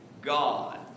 God